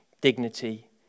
dignity